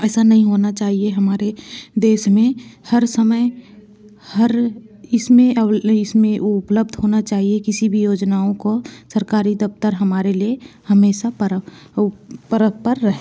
ऐसा नहीं होना चाहिए हमारे देश में हर समय हर इस में इस में उपलब्ध होना चाहिए किसी भी योजनाओं को सरकारी दफ़्तर हमारे लिए हमेशा पर वो बराबर रहे